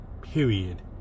period